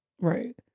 Right